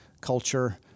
culture